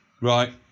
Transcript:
Right